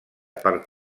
per